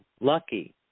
lucky